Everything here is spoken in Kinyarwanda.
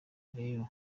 rero